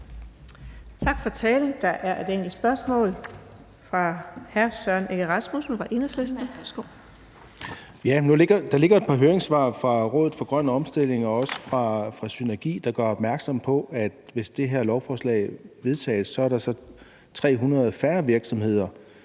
Tak for talen. Der er et enkelt spørgsmål fra hr. Søren Egge Rasmussen fra Enhedslisten. Kl. 15:44 Søren Egge Rasmussen (EL): Nu ligger der et par høringssvar fra Rådet for Grøn Omstilling og også fra SYNERGI, der gør opmærksom på, at hvis det her lovforslag vedtages, vil der så være 300 færre virksomheder,